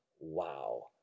wow